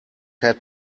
had